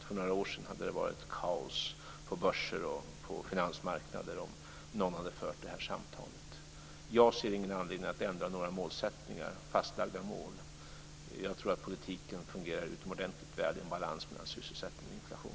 För några år sedan hade det blivit kaos på börser och finansmarknader om någon hade fört det här samtalet. Jag ser ingen anledning att ändra några fastlagda mål. Jag tror att politiken fungerar utomordentligt väl i en balans mellan sysselsättning och inflation.